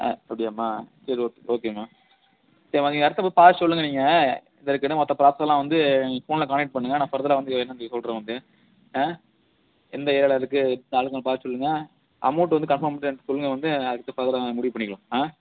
ஆ அப்படியாம்மா சரி ஓகே ஓகேம்மா சரிம்மா நீங்கள் இடத்த போய் பார்த்துட்டு சொல்லுங்கள் நீங்கள் அதுக்குன்னு மற்ற ப்ராசஸ்லாம் வந்து நீங்கள் ஃபோனில் கான்டெக்ட் பண்ணுங்கள் நான் ஃபர்தராக வந்து என்னன்னு சொல்லி சொல்லுறேன் வந்து ஆ எந்த ஏரியாவில இருக்கு அதும் கொஞ்சம் பார்த்து சொல்லுங்கள் அமௌண்ட் வந்து கன்ஃபார்ம் பண்ணிட்டு என்கிட்ட சொல்லுங்கள் வந்து அடுத்து ஃபர்தராக முடிவு பண்ணிக்கலாம் ஆ